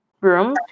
room